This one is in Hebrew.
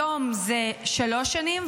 היום זה שלוש שנים,